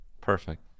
perfect